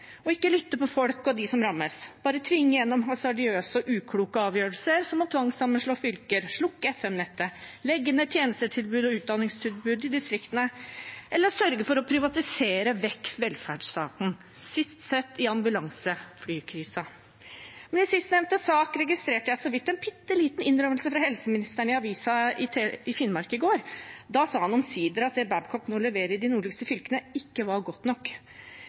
å ikke lytte til folk og dem som rammes, bare tvinge gjennom hasardiøse og ukloke avgjørelser som å tvangssammenslå fylker, slukke FM-nettet, legge ned tjenestetilbud og utdanningstilbud i distriktene eller sørge for å privatisere vekk velferdsstaten, sist sett i ambulanseflykrisen. I sistnevnte sak registrerte jeg så vidt en bitteliten innrømmelse fra helseministeren i avisen iFinnmark i går. Da sa han omsider at det Babcock nå leverer i de nordligste fylkene, ikke var godt nok.